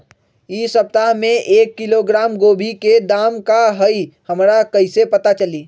इ सप्ताह में एक किलोग्राम गोभी के दाम का हई हमरा कईसे पता चली?